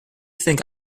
think